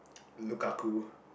Lukaku